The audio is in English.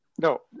No